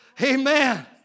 Amen